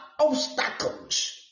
obstacles